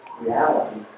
reality